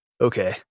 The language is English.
Okay